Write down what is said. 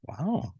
Wow